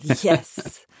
Yes